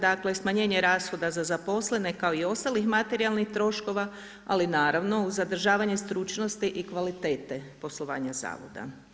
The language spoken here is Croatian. Dakle, smanjenje rashoda za zaposlene kao i ostalih materijalnih troškova, ali naravno uz zadržavanje stručnosti i kvalitete poslovanja zavoda.